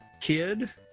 KID